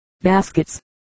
baskets